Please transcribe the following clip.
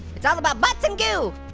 it's all about butts and goo.